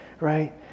right